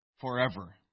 forever